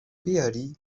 بیاری